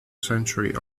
century